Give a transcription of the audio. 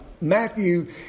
Matthew